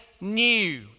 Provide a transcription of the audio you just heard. new